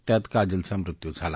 त्यात काजलचा मृत्यू झाला